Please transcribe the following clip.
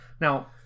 Now